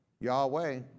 Yahweh